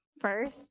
first